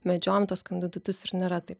medžiojam tuos kandidatus ir nėra taip